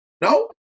no